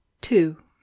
Two